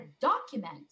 document